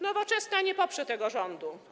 Nowoczesna nie poprze tego rządu.